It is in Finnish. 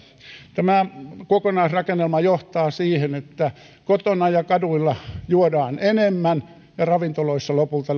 tämä kokonaisrakennelma johtaa siihen että kotona ja kaduilla juodaan enemmän ja ravintoloissa lopulta